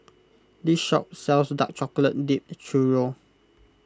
this shop sells Dark Chocolate Dipped Churro